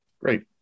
Great